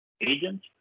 Agent